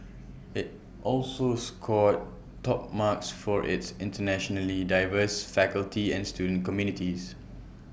IT also scored top marks for its internationally diverse faculty and student communities